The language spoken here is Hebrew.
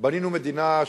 בנינו מדינה,